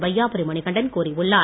வையாபுரி மணிகண்டன் கூறியுள்ளார்